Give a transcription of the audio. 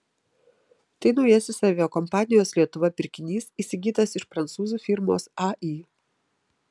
tai naujasis aviakompanijos lietuva pirkinys įsigytas iš prancūzų firmos ai